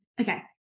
okay